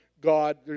God